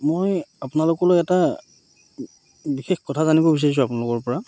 মই আপোনালোকলৈ এটা বিশেষ কথা জানিব বিচাৰিছোঁ আপোনালোকৰ পৰা